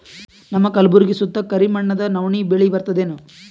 ನಮ್ಮ ಕಲ್ಬುರ್ಗಿ ಸುತ್ತ ಕರಿ ಮಣ್ಣದ ನವಣಿ ಬೇಳಿ ಬರ್ತದೇನು?